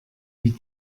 wie